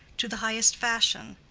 to the highest fashion,